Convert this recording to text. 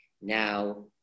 Now